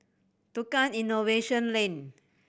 Tukang Innovation Lane